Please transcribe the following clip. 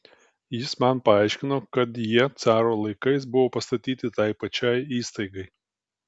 jis man paaiškino kad jie caro laikais buvo pastatyti tai pačiai įstaigai